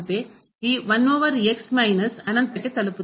ಈ 1 over minus ಅನಂತಕ್ಕೆ ತಲುಪುತ್ತದೆ